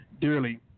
dearly